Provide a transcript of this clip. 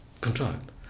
Contract